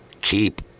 keep